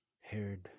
haired